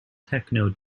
techno